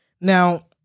Now